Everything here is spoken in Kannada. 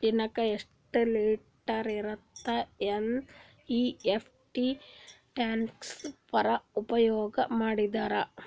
ದಿನಕ್ಕ ಎಷ್ಟ ಲಿಮಿಟ್ ಇರತದ ಎನ್.ಇ.ಎಫ್.ಟಿ ಟ್ರಾನ್ಸಫರ್ ಉಪಯೋಗ ಮಾಡಿದರ?